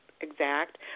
exact